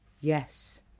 Yes